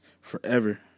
forever